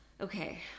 Okay